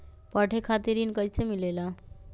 पढे खातीर ऋण कईसे मिले ला?